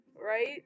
right